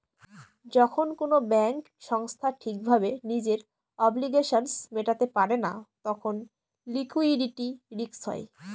যখন কোনো ব্যাঙ্ক সংস্থা ঠিক ভাবে নিজের অব্লিগেশনস মেটাতে পারে না তখন লিকুইডিটি রিস্ক হয়